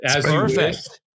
perfect